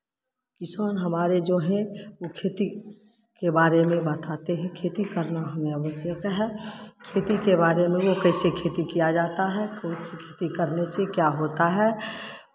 किसान हमारे जो हैं वो खेती के बारे में बताते हैं खेती करना हमें आवश्यक है खेती के बारे में कैसे खेती किया जाता है कौन सी खेती करने से क्या होता है